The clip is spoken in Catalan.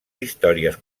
històries